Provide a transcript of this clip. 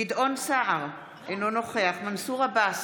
בעד גדעון סער, אינו נוכח מנסור עבאס,